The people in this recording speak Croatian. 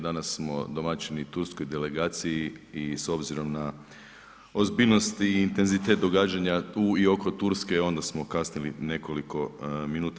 Danas smo domaćini Turskoj delegaciji i s obzirom na ozbiljnost i intenzitet događanja u i oko Turske onda smo kasnili nekoliko minuta.